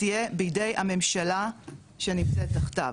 תהיה בידי הממשלה שנמצאת תחתיו,